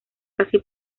casi